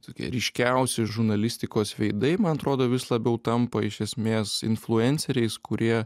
tokie ryškiausi žurnalistikos veidai man atrodo vis labiau tampa iš esmės influenceriais kurie